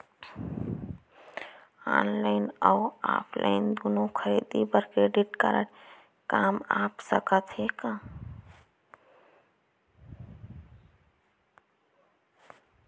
Online अऊ offline दूनो खरीदी बर क्रेडिट कारड काम आप सकत हे का?